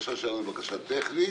והבקשה שלנו היא בקשה טכנית.